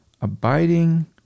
abiding